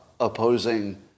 opposing